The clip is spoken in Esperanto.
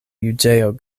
juĝejo